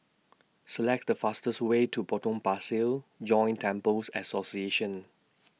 Select The fastest Way to Potong Pasir Joint Temples Association